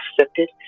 accepted